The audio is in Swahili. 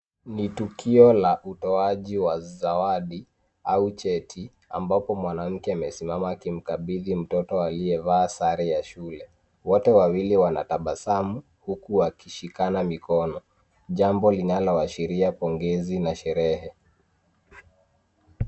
Ni tukio la utoaji wa zawadi au cheti ambapo mwanamke amesimama akimkabidhi mtoto aliyevaa sare ya shule. Wote wawili wanatavmvasamu huku wakishikana mikono, jambo linalooshiria pongezi na sherehe.